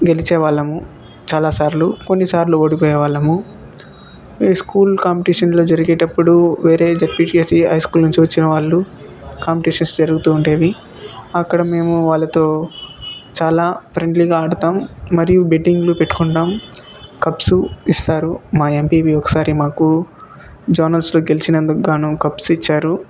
గెలిచేవాళ్ళము చాలా సార్లు కొన్నిసార్లు ఓడిపోయే వాళ్ళము ఈ స్కూల్ కాంపిటీషన్లో జరిగేటప్పుడు వేరే జెడ్పీసీహెచ్సీ హై స్కూల్ నుంచి వచ్చినవాళ్లు కాంపిటీషన్స్ జరుగుతు ఉండేవి అక్కడ మేము వాళ్ళతో చాలా ఫ్రెండ్లీగా ఆడతాం మరియు బెట్టింగ్లు పెట్టుకుంటాం కప్సు ఇస్తారు మా ఎంపీపీ ఒకసారి మాకు జోనల్స్లో గెలిచినందుకు గాను కప్స్ ఇచ్చారు